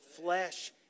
flesh